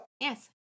Yes